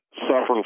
suffering